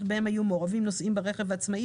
בהם היו מעורבים נוסעים ברכב העצמאי,